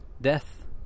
death